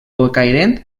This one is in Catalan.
bocairent